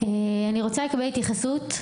אני רוצה לקבל התייחסות.